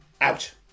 out